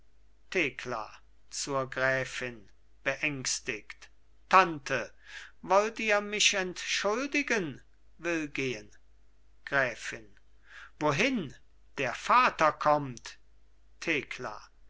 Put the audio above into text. thekla zur gräfin beängstigt tante wollt ihr mich entschuldigen will gehen gräfin wohin der vater kommt thekla